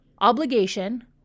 obligation